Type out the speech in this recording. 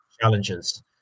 challenges